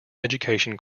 education